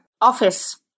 Office